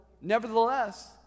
nevertheless